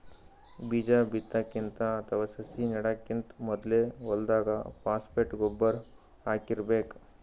ಬೀಜಾ ಬಿತ್ತಕ್ಕಿಂತ ಅಥವಾ ಸಸಿ ನೆಡಕ್ಕಿಂತ್ ಮೊದ್ಲೇ ಹೊಲ್ದಾಗ ಫಾಸ್ಫೇಟ್ ಗೊಬ್ಬರ್ ಹಾಕಿರ್ಬೇಕ್